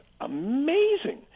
amazing